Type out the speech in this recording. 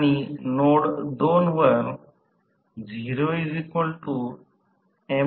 म्हणून जेव्हा n हे n0 आणि s 1 असलेली ही जागा आहे